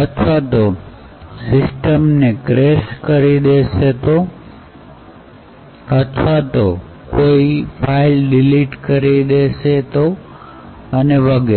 અથવા તો સિસ્ટમ ને ક્રેશ કરી દેશે અથવા તો એ કોઈ ફાઈલો ડીલીટ કરી દેશે અને વગેરે